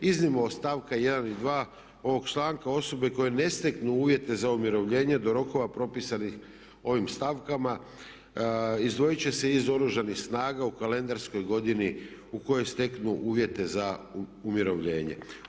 Iznimno od stavka 1. i 2. ovog članka osobe koje ne steknu uvjete za umirovljenje do rokova propisanih ovim stavkama izdvojit će se iz Oružanih snaga u kalendarskoj godini u kojoj steknu uvjete za umirovljenje.